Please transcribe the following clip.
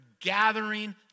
gathering